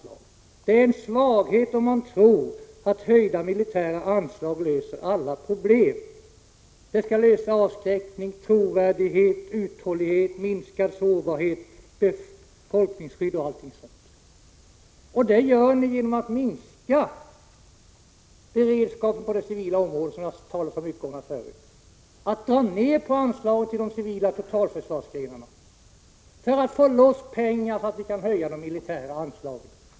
Det är en svaghet om man tror att höjda anslag till det militära försvaret löser alla problem. Man tror att det åstadkommer avskräckning, trovärdighet, uthållighet, minskad sårbarhet, befolkningsskydd, m.m. Och de höjda anslagen åstadkommer ni genom att minska beredskapen på det civila området, som jag har talat mycket om här förut. Ni drar ned på anslagen till de civila totalförsvarsgrenarna för att få loss pengar så att ni kan höja anslagen till det militära försvaret.